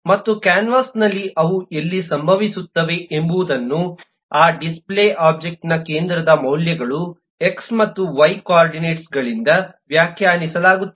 ಮತ್ತು ಕ್ಯಾನ್ವಾಸ್ನಲ್ಲಿ ಅವು ಎಲ್ಲಿ ಸಂಭವಿಸುತ್ತವೆ ಎಂಬುದನ್ನು ಆ ಡಿಸ್ಪ್ಲೇ ಒಬ್ಜೆಕ್ಟ್ನ ಕೇಂದ್ರದ ಮೌಲ್ಯಗಳು xಎಕ್ಸ್ ಮತ್ತು yವೈ ಕೋಆರ್ಡಿನೇಟ್ಸ್ ಗಳಿಂದ ವ್ಯಾಖ್ಯಾನಿಸಲಾಗುತ್ತದೆ